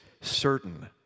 certain